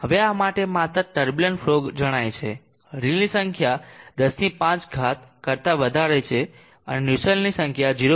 હવે આ માટે માત્ર ટર્બુલંટ ફલો જણાય છે રેલી સંખ્યા 105 કરતા વધારે અને નુસેલ્ટની સંખ્યા 0